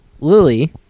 Lily